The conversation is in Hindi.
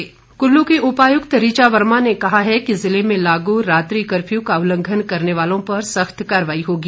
डीसी कुल्ल कुल्लू की उपायुक्त ऋचा वर्मा ने कहा है कि ज़िले में लागू रात्रि कर्फ्यू का उल्लंघन करने वालों पर सख्त कार्रवाई होगी